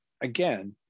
again